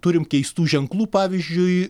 turim keistų ženklų pavyzdžiui